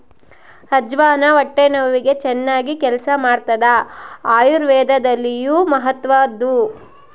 ಅಜ್ವಾನ ಹೊಟ್ಟೆ ನೋವಿಗೆ ಚನ್ನಾಗಿ ಕೆಲಸ ಮಾಡ್ತಾದ ಆಯುರ್ವೇದದಲ್ಲಿಯೂ ಮಹತ್ವದ್ದು